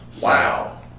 Wow